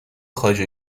خواجه